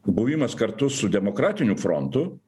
buvimas kartu su demokratiniu frontu